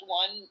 one